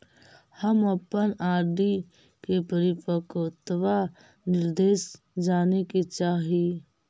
हम अपन आर.डी के परिपक्वता निर्देश जाने के चाह ही